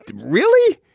really,